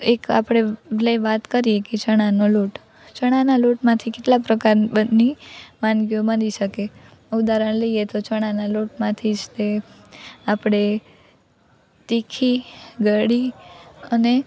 એક આપણે લે વાત કરીએ કે ચણાનો લોટ ચણાના લોટમાંથી કેટલાક પ્રકાર ની વાનગીઓમાં બની શકે ઉદાહરણ લઈએ તો ચણાના લોટમાંથી જ તે આપણે તીખી ગળી અને